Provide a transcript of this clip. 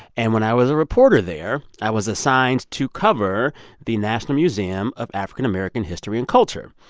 and when i was a reporter there, i was assigned to cover the national museum of african american history and culture.